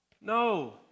No